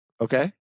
Okay